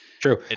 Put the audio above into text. true